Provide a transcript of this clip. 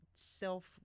self